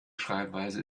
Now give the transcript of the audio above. schreibweise